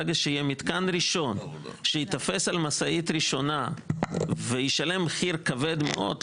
ברגע שיהיה מתקן ראשון שייתפס על משאית ראשונה וישלם מחיר כבד מאוד,